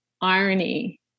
irony